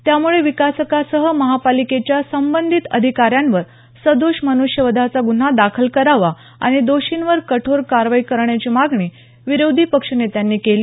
त्यामुळे विकासकासह महापालिकेच्या संबंधित अधिकाऱ्यांवर सदोष मनृष्यवधाचा गुन्हा दाखल करावा आणि दोषींवर कठेार कारवाई करण्याची मागणी विरोधी पक्षनेत्यांनी केली